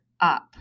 up